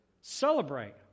Celebrate